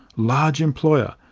large employer,